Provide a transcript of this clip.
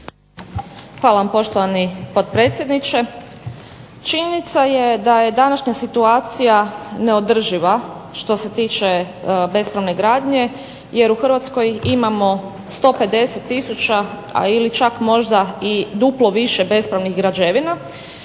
Hvala vam poštovani potpredsjedniče. Činjenica je da je današnja situacija neodrživa što se tiče bespravne gradnje jer u Hrvatskoj imamo 150 tisuća ili čak možda i duplo više bespravnih građevina